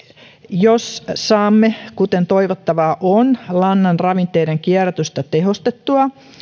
jos saamme kuten toivottavaa on lannan ravinteiden kierrätystä tehostettua